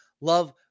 love